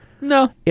No